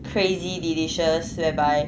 crazy delicious whereby